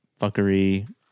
fuckery